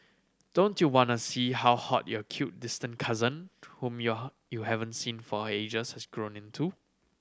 don't you wanna see how hot your cute distant cousin whom you you haven't seen for ages has grown into